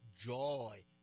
joy